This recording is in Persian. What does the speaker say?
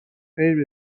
خیر